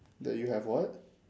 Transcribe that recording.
that you have what